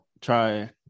try